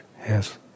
Yes